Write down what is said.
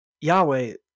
Yahweh